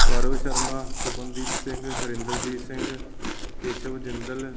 Gaurav Sharma Supamdeep Singh Harinderjit Singh Keshav Jindal